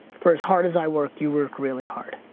for as hard as i work, you work really hard.